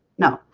no,